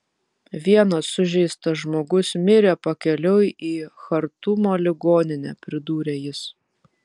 vienas sužeistas žmogus mirė pakeliui į chartumo ligonę pridūrė jis